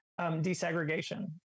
desegregation